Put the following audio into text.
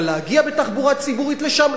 אבל להגיע בתחבורה ציבורית לשם?